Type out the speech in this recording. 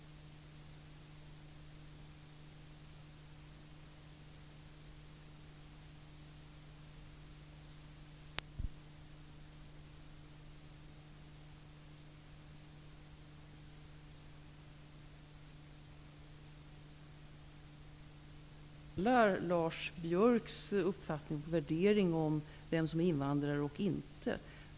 Jag är inte säker på att alla delar Lars Biörcks uppfattning och värdering om vem som är invandrare eller inte.